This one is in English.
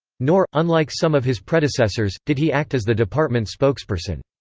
nor, unlike some of his predecessors, did he act as the department spokesperson.